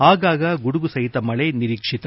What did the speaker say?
ಆಗಾಗ ಗುಡುಗು ಸಹಿತ ಮಳೆ ನಿರೀಕ್ಷಿತ